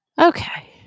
Okay